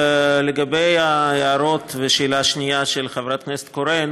לגבי ההערות והשאלה השנייה של חברת הכנסת קורן,